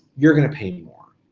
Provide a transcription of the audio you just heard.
you're gonna pay more.